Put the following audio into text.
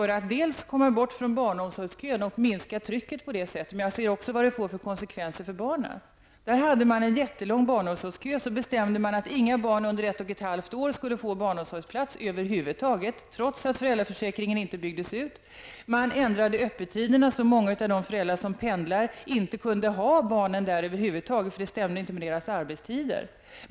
Man ville komma bort från barnomsorgskön och minska trycket, men jag har sett vad det får för konsekvenser för barnen. Där hade man en jättelång barnomsorgskö. Så bestämde man att inga barn under ett och ett halvt år skulle få barnomsorgsplats över huvud taget, trots att föräldraförsäkringen inte byggdes ut. Man ändrade öppettiderna så att många föräldrar som pendlar inte kunde ha barnen där över huvud taget, eftersom det inte stämde med deras arbetstider.